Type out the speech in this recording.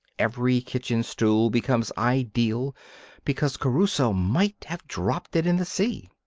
every kitchen tool becomes ideal because crusoe might have dropped it in the sea.